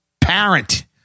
parent